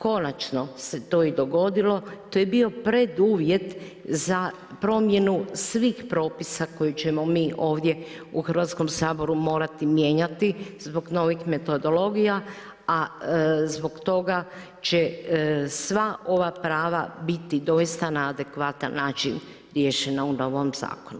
Konačno se to i dogodilo, to je bio preduvjet za promjenu svih propisa koji ćemo mi ovdje u Hrvatskom saboru morati mijenjati zbog novih metodologija, a zbog toga će sva ova prava biti doista na adekvatan način riješena u novom zakonu.